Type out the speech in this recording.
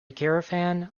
caravan